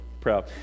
proud